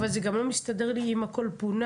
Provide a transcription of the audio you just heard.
אבל זה גם לא מסתדר לי אם הכל פונה,